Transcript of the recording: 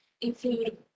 include